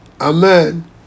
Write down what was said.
Amen